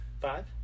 Five